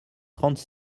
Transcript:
trente